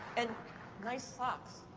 and nice socks.